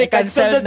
cancel